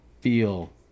feel